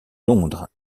londres